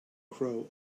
crow